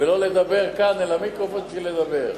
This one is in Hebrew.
ולא לדבר כאן אל המיקרופון בשביל לדבר.